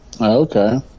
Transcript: Okay